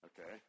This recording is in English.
Okay